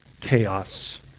chaos